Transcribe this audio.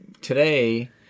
today